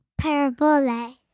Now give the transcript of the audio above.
Parabole